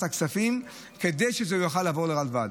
הכספים כדי שזה יוכל לעבור לרלב"ד.